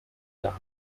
dame